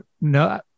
no